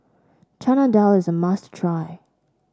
Chana Dal is a must try